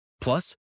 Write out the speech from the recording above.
Plus